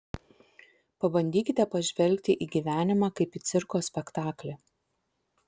pabandykite pažvelgti į gyvenimą kaip į cirko spektaklį